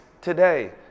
today